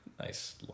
nice